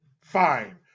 Fine